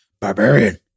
barbarian